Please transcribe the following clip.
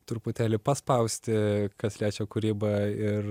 truputėlį paspausti kas liečia kūrybą ir